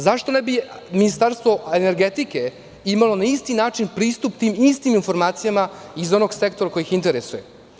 Zašto ne bi Ministarstvo energetike imalo na isti način pristup tim istim informacijama iz onog sektora koji ih interesuje?